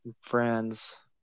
Friends